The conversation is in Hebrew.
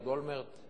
אהוד אולמרט,